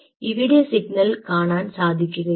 ഇവിടെ സിഗ്നൽ കാണാൻ സാധിക്കുന്നില്ല